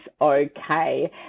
okay